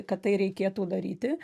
kad tai reikėtų daryti